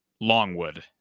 Longwood